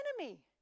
enemy